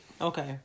Okay